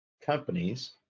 companies